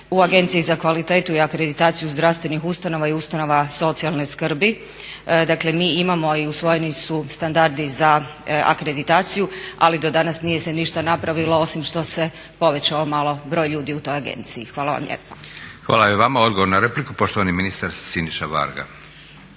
u Agenciji za kvalitetu i akreditaciju zdravstvenih ustanova i ustanova socijalne skrbi, dakle mi imamo i usvojeni su standardi za akreditaciju, ali do danas nije se ništa napravilo osim što se povećao broj ljudi u toj agenciji. Hvala vam lijepa. **Leko, Josip (SDP)** Hvala i vama. Odgovor na repliku, poštovani ministar Siniša Varga.